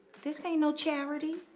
this ain't no charity,